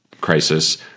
crisis